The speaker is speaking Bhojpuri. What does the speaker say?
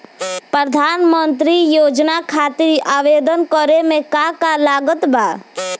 प्रधानमंत्री योजना खातिर आवेदन करे मे का का लागत बा?